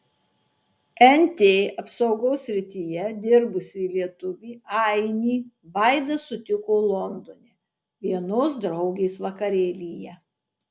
nt apsaugos srityje dirbusį lietuvį ainį vaida sutiko londone vienos draugės vakarėlyje